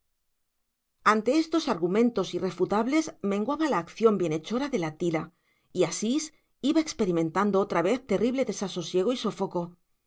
ante estos argumentos irrefutables menguaba la acción bienhechora de la tila y asís iba experimentando otra vez terrible desasosiego y sofoco